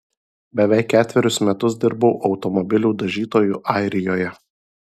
beveik ketverius metus dirbau automobilių dažytoju airijoje